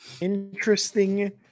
Interesting